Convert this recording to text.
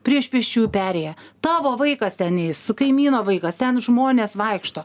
prieš pėsčiųjų perėją tavo vaikas ten eis kaimyno vaikas ten žmonės vaikšto